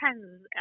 depends